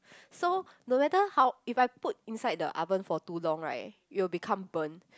so no matter how if I put inside the oven for too long right it will become burn